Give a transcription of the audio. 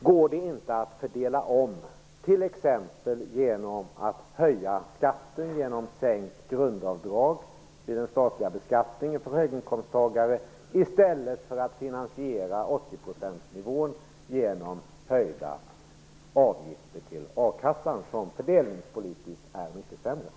Går det inte att fördela om, t.ex. genom höjda skatter och sänkt grundavdrag i den statliga beskattningen för höginkomsttagare, i stället för att finansiera 80 %- nivån genom höjda avgifter till a-kassan, vilket fördelningspolitiskt är mycket sämre?